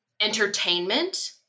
entertainment